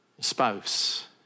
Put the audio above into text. Spouse